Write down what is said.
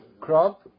crop